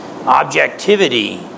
Objectivity